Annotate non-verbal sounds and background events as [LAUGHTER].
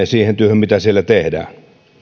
[UNINTELLIGIBLE] siihen työhön mitä siellä tehdään